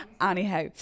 Anyhow